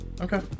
Okay